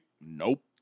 Nope